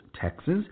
Texas